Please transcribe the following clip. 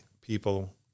people